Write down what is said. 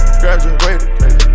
graduated